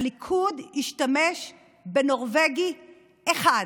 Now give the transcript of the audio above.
הליכוד השתמש בנורבגי אחד.